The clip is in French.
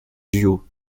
duo